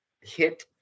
hit